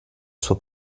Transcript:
suo